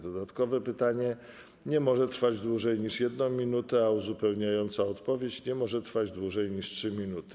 Dodatkowe pytanie nie może trwać dłużej niż 1 minutę, a uzupełniająca odpowiedź nie może trwać dłużej niż 3 minuty.